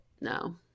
no